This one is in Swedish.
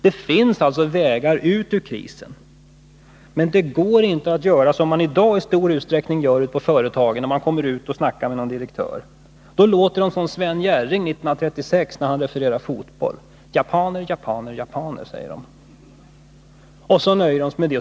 Det finns alltså vägar ut ur krisen, men det går inte att göra som företagen i stor utsträckning gör i dag. När man kommer ut och talar med någon direktör är det som att höra Sven Jerring referera fotboll 1936: Japaner, japaner, japaner! Direktörerna nöjer sig med det.